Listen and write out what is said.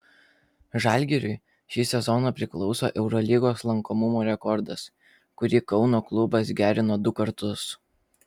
žalgiriui šį sezoną priklauso eurolygos lankomumo rekordas kurį kauno klubas gerino du kartus